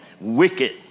wicked